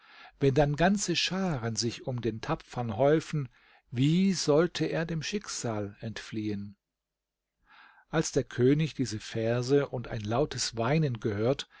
wenn dann ganze scharen sich um den tapfern häufen wie sollte er dem schicksal entfliehen als der könig diese verse und ein lautes weinen gehört